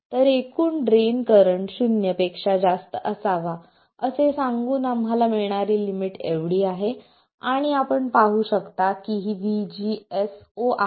तर एकूण drain current शून्य पेक्षा जास्त असावा असे सांगून आम्हाला मिळणारी लिमिट एवढी आहे आणि आपण पाहू शकता की ही VGS0 आहे